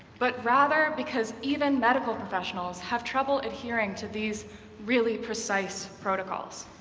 but rather because even medical professionals have trouble adhering to these really precise protocols.